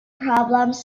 problems